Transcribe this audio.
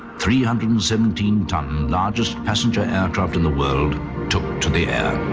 three hundred and seventeen tonne largest passenger aircraft in the world took to the air.